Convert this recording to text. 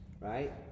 right